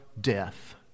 death